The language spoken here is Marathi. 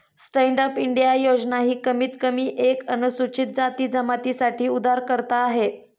स्टैंडअप इंडिया योजना ही कमीत कमी एक अनुसूचित जाती जमाती साठी उधारकर्ता आहे